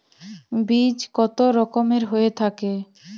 বীজ কত রকমের হয়ে থাকে?